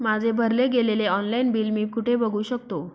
माझे भरले गेलेले ऑनलाईन बिल मी कुठे बघू शकतो?